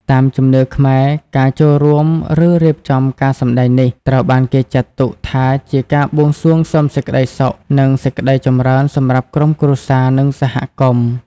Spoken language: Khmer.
តាមជំនឿខ្មែរ ការចូលរួម ឬរៀបចំការសម្តែងនេះ ត្រូវបានគេចាត់ទុកថាជាការបួងសួងសុំសេចក្តីសុខ និងសេចក្តីចម្រើនសម្រាប់ក្រុមគ្រួសារ និងសហគមន៍។